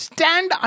Stand